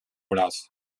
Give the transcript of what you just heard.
las